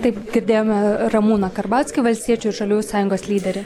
taip girdėjome ramūną karbauskį valstiečių žaliųjų sąjungos lyderį